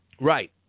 Right